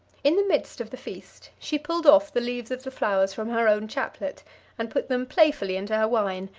in the midst of the feast, she pulled off the leaves of the flowers from her own chaplet and put them playfully into her wine,